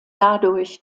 dadurch